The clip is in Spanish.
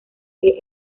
que